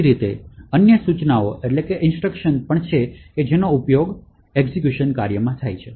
એ જ રીતે ત્યાં અન્ય સૂચનાઓ પણ છે જેનો ઉપયોગ આ કાર્યમાં થાય છે